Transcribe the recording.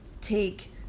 take